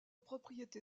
propriété